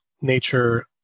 nature